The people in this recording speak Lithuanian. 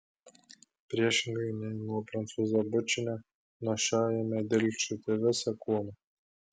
priešingai nei nuo prancūzo bučinio nuo šio ėmė dilgčioti visą kūną